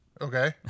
Okay